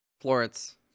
Florence